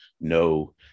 No